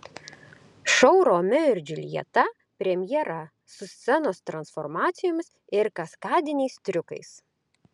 šou romeo ir džiuljeta premjera su scenos transformacijomis ir kaskadiniais triukais